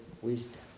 wisdom